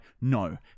no